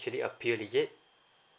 actually appeal is it